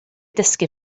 dysgu